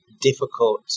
difficult